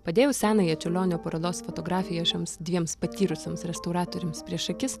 padėjau senąją čiurlionio parodos fotografiją šioms dviems patyrusioms restauratoriams prieš akis